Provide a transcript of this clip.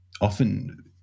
Often